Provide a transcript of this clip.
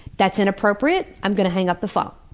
that's inappropriate. i'm going to hang up the phone.